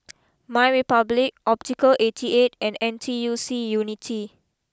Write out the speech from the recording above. my Republic Optical eighty eight and N T U C Unity